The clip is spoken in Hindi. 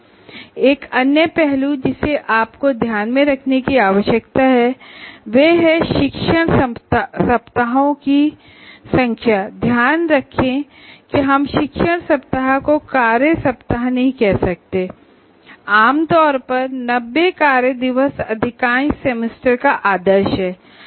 एक अन्य पहलू जिसे आपको ध्यान में रखने की आवश्यकता है वह है शिक्षण सप्ताहों की संख्या ध्यान रखें कि हम शिक्षण सप्ताह को कार्य सप्ताह नहीं कह रहे हैं आमतौर पर अधिकांश सेमेस्टर 90 कार्य दिवस के होते है